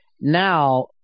now